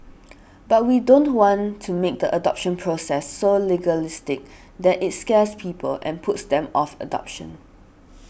but we don't want to make the adoption process so legalistic that it scares people and puts them off adoption